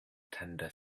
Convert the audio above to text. tender